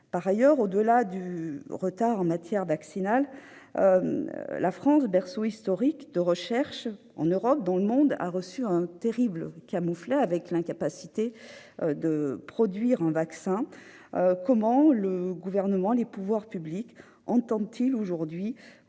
Par ailleurs, au-delà des retards dans sa campagne vaccinale, la France, berceau historique de la recherche médicale en Europe et dans le monde, a reçu un terrible camouflet en se révélant incapable de produire un vaccin. Comment le Gouvernement et les pouvoirs publics entendent-ils aujourd'hui